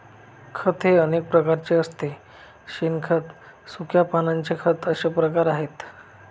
खत हे अनेक प्रकारचे असते शेणखत, सुक्या पानांचे खत असे प्रकार आहेत